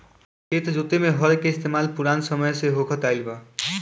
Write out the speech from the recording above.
खेत जोते में हर के इस्तेमाल पुरान समय से होखत आइल बा